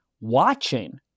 watching